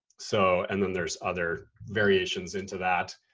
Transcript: so, and then there's other variations into that,